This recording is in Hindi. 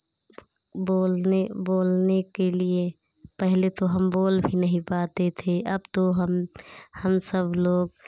बोलने बोलने के लिए पहले तो हम बोल भी नहीं पाते थे अब तो हम हम सब लोग